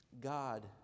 God